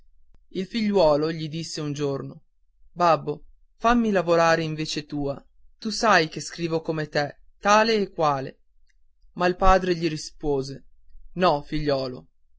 il figliuolo gli disse un giorno babbo fammi lavorare in vece tua tu sai che scrivo come te tale e quale ma il padre gli rispose no figliuolo